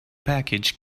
package